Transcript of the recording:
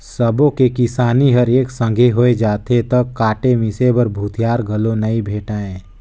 सबो के किसानी हर एके संघे होय जाथे त काटे मिसे बर भूथिहार घलो नइ भेंटाय